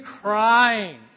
crying